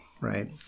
right